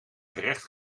gerecht